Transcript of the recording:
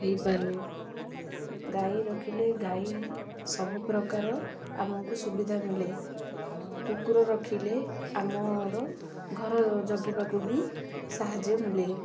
ହେଇପାରୁ ଗାଈ ରଖିଲେ ଗାଈ ସବୁପ୍ରକାର ଆମକୁ ସୁବିଧା ମିଳେ କୁକୁର ରଖିଲେ ଆମର ଘର ଜଗିବାକୁ ବି ସାହାଯ୍ୟ ମିଳେ